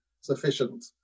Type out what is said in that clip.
sufficient